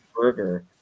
burger